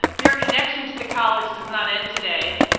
your connection to the college does not end today,